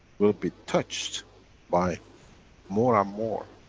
we'll be touched by more and more.